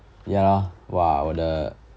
ya lor !whoa! 我的